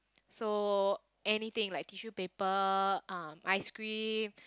so anything like tissue paper um ice-cream